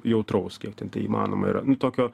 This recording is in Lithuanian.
jautraus kiek tek tai įmanoma yra nu tokio